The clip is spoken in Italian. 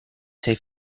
sai